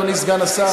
אדוני סגן השר.